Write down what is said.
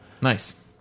Nice